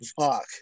Fuck